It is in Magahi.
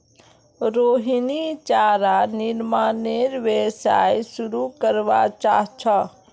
रोहिणी चारा निर्मानेर व्यवसाय शुरू करवा चाह छ